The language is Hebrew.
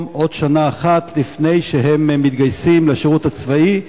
עוד שנה אחת לפני שהם מתגייסים לשירות הצבאי,